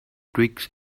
twigs